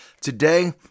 Today